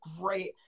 great